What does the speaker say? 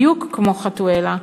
בדיוק כמו חתואלה,